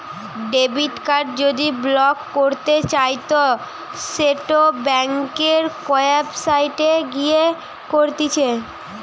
debit card যদি block করতে চাইতো সেটো ব্যাংকের ওয়েবসাইটে গিয়ে করতিছে